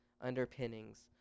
underpinnings